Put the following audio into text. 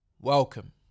Welcome